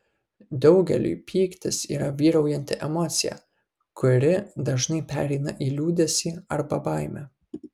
daugeliui pyktis yra vyraujanti emocija kuri dažnai pereina į liūdesį arba baimę